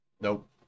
Nope